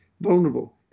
vulnerable